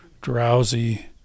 drowsy